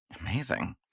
Amazing